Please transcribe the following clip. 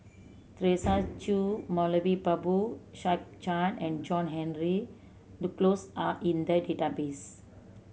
Teresa Hsu Moulavi Babu Sahib and John Henry Duclos are in the database